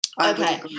Okay